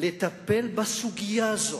לטפל בסוגיה הזאת,